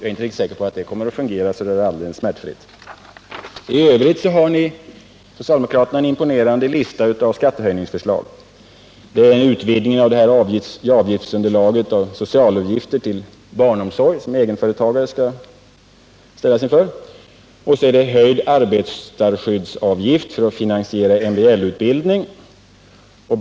Jag är inte säker på att det kommer att fungera så där alldeles smärtfritt. I övrigt har socialdemokraterna en imponerande lista av skattehöjningsförslag. Det är en utvidgning av underlaget för socialutgifter för barnomsorg, som egenföretagare skall ställas inför. Det är höjd arbetarskyddsavgift för att finansiera MBL-utbildning.